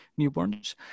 newborns